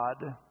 God